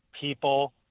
people